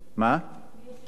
מי יושב בראש הצוות הזה?